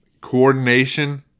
coordination